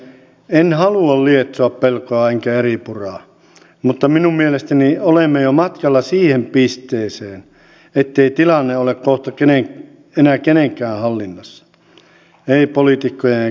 en halua lietsoa pelkoa enkä eripuraa mutta minun mielestäni olemme jo matkalla siihen pisteeseen ettei tilanne ole kohta enää kenenkään hallinnassa ei poliitikkojen eikä poliisin